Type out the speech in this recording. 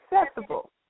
accessible